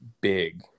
big